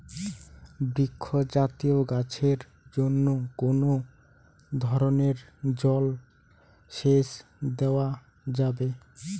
বৃক্ষ জাতীয় গাছের জন্য কোন ধরণের জল সেচ দেওয়া যাবে?